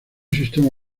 sistema